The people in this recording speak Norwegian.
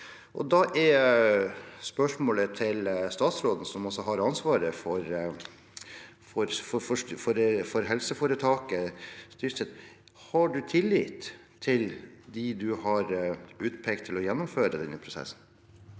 Da er spørsmålet til statsråden, som også har ansvaret for helseforetaket: Har hun tillit til dem hun har utpekt til å gjennomføre denne prosessen?